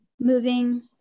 moving